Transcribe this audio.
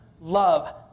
love